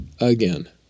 again